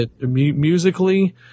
Musically